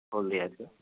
হলদিয়াতে